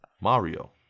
Mario